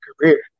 career